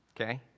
okay